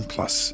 Plus